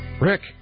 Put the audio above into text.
Rick